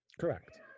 Correct